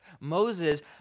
Moses